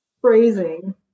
phrasing